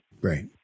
Right